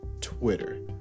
Twitter